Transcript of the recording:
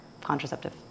contraceptive